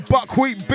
Buckwheat